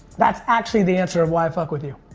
that's actually the answer of why i fuck with you.